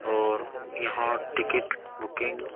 اور یہاں ticket booking